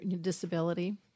disability